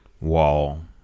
wall